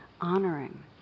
honoring